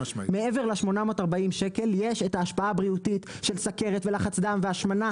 מעבר ל-840 ₪ יש את ההשפעה הבריאותית של סכרת ולחץ דם והשמנה,